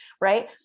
right